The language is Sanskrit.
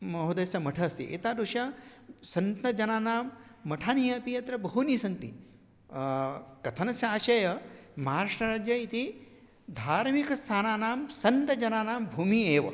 महोदयस्य मठम् अस्ति एतादृशसन्तजनानां मठानि अपि अत्र बहूनि सन्ति कथनस्य आशय महाराष्ट्रराज्यम् इति धार्मिकस्थानानां सन्तजनानां भूमिः एव